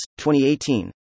2018